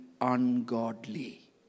ungodly